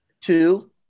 two